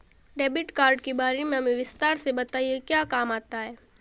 Debit card के बारे में हमें विस्तार से बताएं यह क्या काम आता है?